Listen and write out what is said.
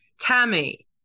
Tammy